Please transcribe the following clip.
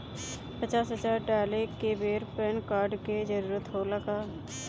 पचास हजार डाले के बेर पैन कार्ड के जरूरत होला का?